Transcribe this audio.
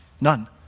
None